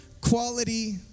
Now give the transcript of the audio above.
quality